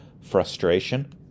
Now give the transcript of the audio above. frustration